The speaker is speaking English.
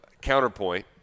counterpoint